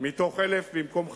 מתוך 1,000, במקום חמישה.